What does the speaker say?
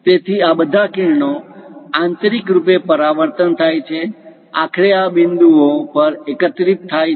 તેથી આ બધા કિરણો આંતરિક રૂપે પરાવર્તન થાય છે આખરે આ બિંદુ ઓ પર એકત્રીત થાય છે